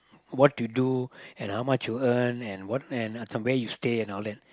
what you do and how much you earn and what and where you stay and all that